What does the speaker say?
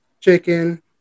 chicken